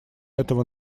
этого